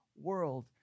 world